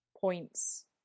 points